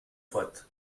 fort